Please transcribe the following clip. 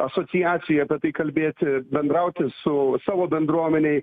asociacijoj apie tai kalbėti bendrauti su savo bendruomenėj